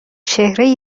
چهره